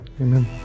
Amen